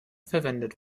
verwendet